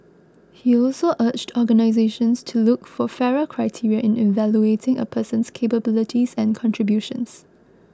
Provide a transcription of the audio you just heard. he also urged organisations to look for fairer criteria in evaluating a person's capabilities and contributions